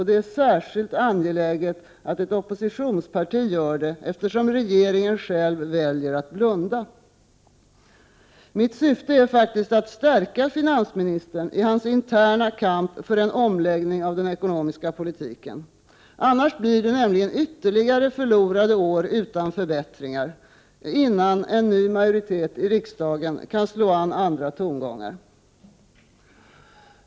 Det är särskilt angeläget att ett oppositionsparti gör detta, eftersom regeringen själv väljer att blunda. Mitt syfte är att stärka finansministern i hans interna kamp för en omläggning av den ekonomiska politiken — annars blir det ytterligare förlorade år utan förbättringar, innan en ny majoritet i riksdagen kan slå an andra tongångar.